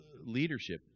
leadership